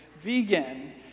vegan